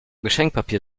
geschenkpapier